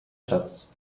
platz